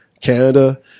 Canada